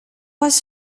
was